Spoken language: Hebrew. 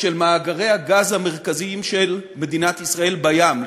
של מאגרי הגז המרכזיים של מדינת ישראל בים,